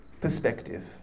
perspective